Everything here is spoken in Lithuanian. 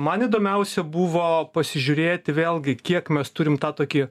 man įdomiausia buvo pasižiūrėti vėlgi kiek mes turim tą tokį